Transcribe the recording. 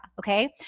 okay